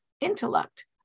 intellect